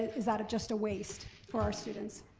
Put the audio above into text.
is that just a waste for our students?